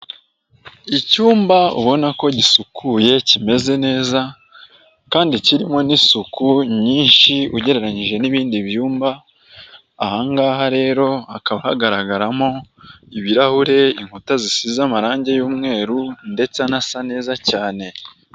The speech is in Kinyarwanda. Icyumba ubona ko gisukuye kimeze neza kandi kirimo n'isuku nyinshi ugereranyije n'ibindi byumba, ahangaha rero hakaba hagaragaramo ibirahure, inkuta zisize amarangi y'umweru ndetse anasa neza cyane.